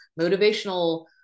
motivational